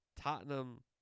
Tottenham